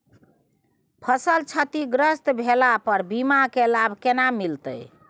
फसल क्षतिग्रस्त भेला पर बीमा के लाभ केना मिलत?